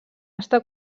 està